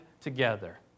together